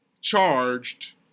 charged